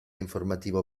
informativo